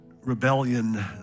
rebellion